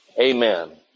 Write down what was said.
Amen